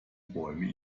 bäume